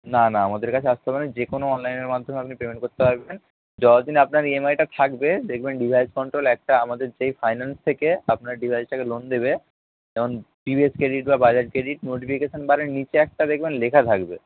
না না আমাদের কাছে আসতে হবে না যে কোনো অনলাইনের মাধ্যমে আপনি পেমেন্ট করতে পারবেন যতদিন আপনারই এম আইটা থাকবে দেখবেন ডিভাইস কন্ট্রোল একটা আমাদের যেই ফাইন্যান্স থেকে আপনার ডিভাইসটাকে লোন দেবে যেমন টিভিএস ক্রেডিট বা বাজাজ ক্রেডিট নোটিফিকেশন বারের নিচে একটা দেখবেন লেখা থাকবে